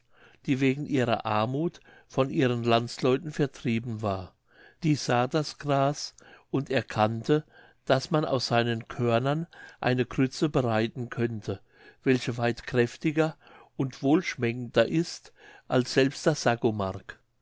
die wegen ihrer armuth von ihren landsleuten vertrieben war die sah das gras und erkannte daß man aus seinen körnern eine grütze bereiten könnte welche weit kräftiger und wohlschmeckender ist als selbst das